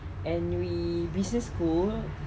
and we business school